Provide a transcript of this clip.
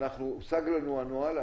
הוצג לנו הנוהל,